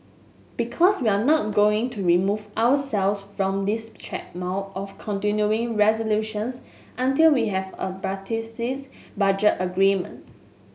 because we're not going to remove ourselves from this treadmill of continuing resolutions until we have a budget agreement